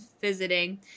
visiting